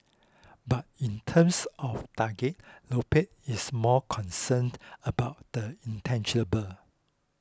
but in terms of target Lopez is more concerned about the intangible